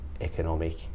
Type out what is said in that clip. economic